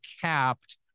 capped